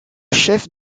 chef